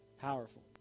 Powerful